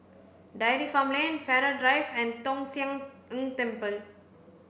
Dairy Farm Lane Farrer Drive and Tong Sian Ng Temple